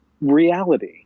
reality